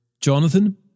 Jonathan